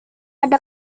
ada